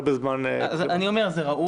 אני אומר שזה ראוי.